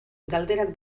galderak